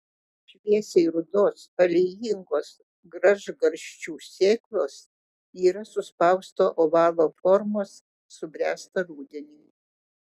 šviesiai rudos aliejingos gražgarsčių sėklos yra suspausto ovalo formos subręsta rudenį